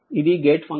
ఇది gate function